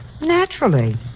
Naturally